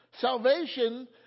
salvation